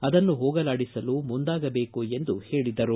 ಅದನ್ನು ಹೋಗಲಾಡಿಸಲು ಮುಂದಾಗಬೇಕು ಎಂದು ಹೇಳದರು